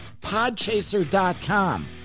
PodChaser.com